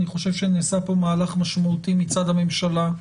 אני חושב שנעשה פה מהלך משמעותי מצד הממשלה,